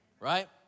Right